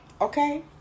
Okay